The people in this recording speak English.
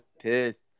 pissed